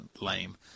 lame